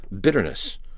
bitterness